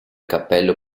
cappello